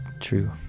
true